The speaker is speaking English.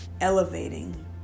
elevating